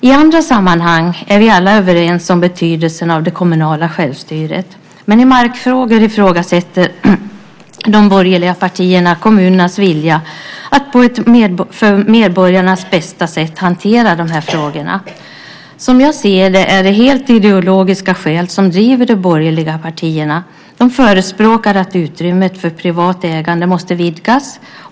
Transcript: I andra sammanhang är vi alla överens om betydelsen av det kommunala självstyret, men i markfrågor ifrågasätter de borgerliga partierna kommunernas vilja att på det för medborgarna bästa sättet hantera dessa frågor. Som jag ser det är det helt ideologiska skäl som driver de borgerliga partierna. De förespråkar att utrymmet för privat ägande måste vidgas.